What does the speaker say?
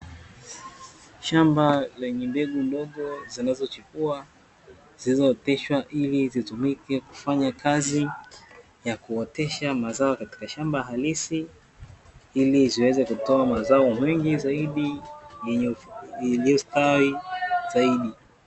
Shamba lenye mbegu ndogo zinazochipua, zilizooteshwa ili zitumike kufanya kazi ya kuotesha mazao katika shamba halisi ili ziweze kutoa mazao mengi zaidi yaliyostawi zaidi.